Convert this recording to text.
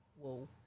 whoa